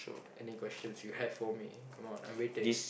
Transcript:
any questions you have for me come on i'm waiting